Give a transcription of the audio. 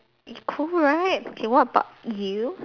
eh cool right okay what about you